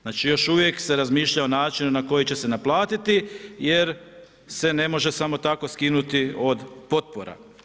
Znači još uvijek se razmišlja o načinu na koji će se naplatiti jer se ne može samo tako skinuti od potpora.